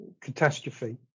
catastrophe